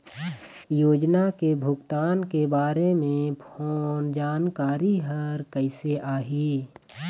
योजना के भुगतान के बारे मे फोन जानकारी हर कइसे आही?